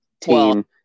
team